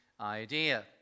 idea